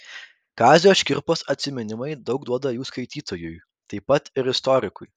kazio škirpos atsiminimai daug duoda jų skaitytojui taip pat ir istorikui